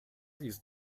ist